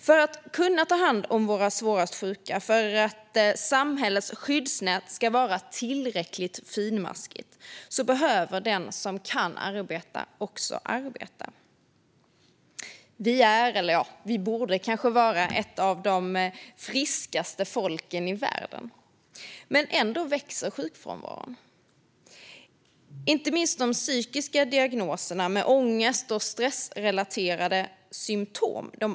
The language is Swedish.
För att kunna ta hand om de svårast sjuka - för att samhällets skyddsnät ska vara tillräckligt finmaskigt - behöver den som kan arbeta också arbeta. Vi är, eller borde åtminstone vara, ett av de friskaste folken i världen. Ändå växer sjukfrånvaron. Inte minst de psykiska diagnoserna, med ångest och stressrelaterade symtom, ökar.